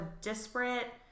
disparate